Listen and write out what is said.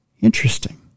Interesting